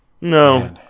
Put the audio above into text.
No